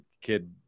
kid